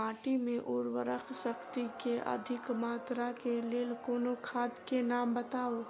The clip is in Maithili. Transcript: माटि मे उर्वरक शक्ति केँ अधिक मात्रा केँ लेल कोनो खाद केँ नाम बताऊ?